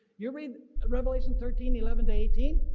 you read revelation thirteen eleven eighteen,